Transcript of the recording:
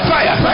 Fire